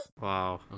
Wow